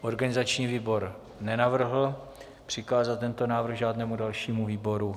Organizační výbor nenavrhl přikázat tento návrh žádnému dalšímu výboru.